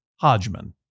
Hodgman